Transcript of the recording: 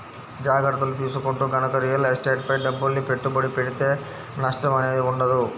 జాగర్తలు తీసుకుంటూ గనక రియల్ ఎస్టేట్ పై డబ్బుల్ని పెట్టుబడి పెడితే నష్టం అనేది ఉండదు